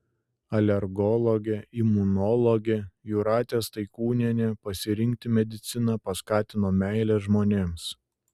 alergologę imunologę jūratę staikūnienę pasirinkti mediciną paskatino meilė žmonėms